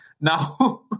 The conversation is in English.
Now